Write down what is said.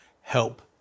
help